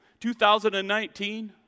2019